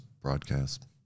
broadcast